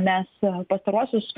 nes pastaruosius